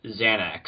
Xanax